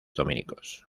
dominicos